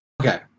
Okay